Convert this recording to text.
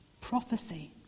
prophecy